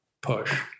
push